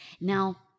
Now